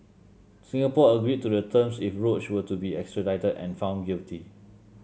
Singapore agreed to the terms if Roach were to be extradited and found guilty